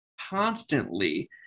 constantly